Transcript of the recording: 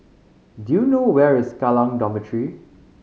do you know where is Kallang Dormitory